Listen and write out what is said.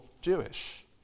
Jewish